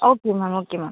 okay ma'am okay ma'am